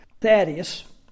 Thaddeus